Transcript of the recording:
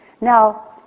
now